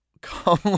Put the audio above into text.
come